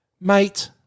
Mate –